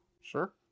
Sure